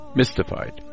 mystified